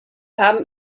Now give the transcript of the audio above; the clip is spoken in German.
haben